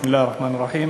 בסם אללה א-רחמאן א-רחים